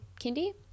kindy